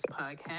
podcast